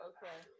Okay